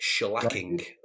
Shellacking